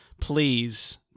please